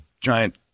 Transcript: giant